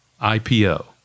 IPO